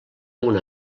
una